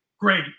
great